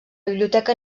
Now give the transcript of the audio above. biblioteca